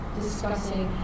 discussing